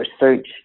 research